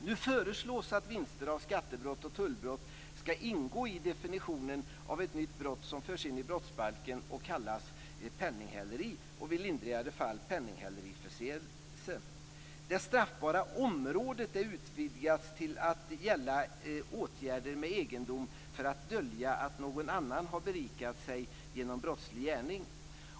Nu föreslås att vinster från skattebrott och tullbrott skall ingå i definitionen av ett nytt brott som förs in i brottsbalken och kallas penninghäleri och, i lindrigare fall, penninghäleriförseelse. Det straffbara området utvidgas till att gälla åtgärder med egendom för att dölja att någon annan har berikat sig genom brottslig gärning.